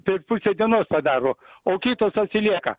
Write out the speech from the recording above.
per pusę dienos padaro o kitos atsilieka